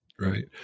Right